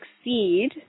succeed